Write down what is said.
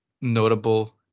notable